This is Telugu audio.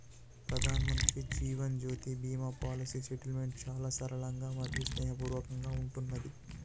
ప్రధానమంత్రి జీవన్ జ్యోతి బీమా పాలసీ సెటిల్మెంట్ చాలా సరళంగా మరియు స్నేహపూర్వకంగా ఉంటున్నాది